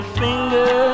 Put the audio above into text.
finger